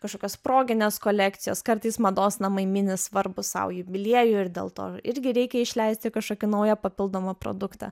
kažkokios proginės kolekcijos kartais mados namai mini svarbų sau jubiliejų ir dėl to irgi reikia išleisti kašokį naują papildomą produktą